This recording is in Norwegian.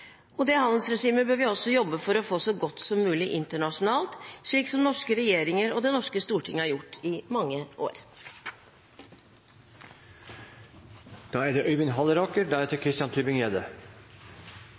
Det handelsregimet bør vi jobbe for å få så godt som mulig internasjonalt, slik som norske regjeringer og Det norske storting har gjort i mange år.